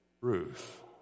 Ruth